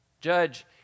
judge